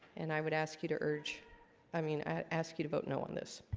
and i would ask you to urge i mean i ask you to vote no on this